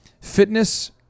fitness